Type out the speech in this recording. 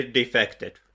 defected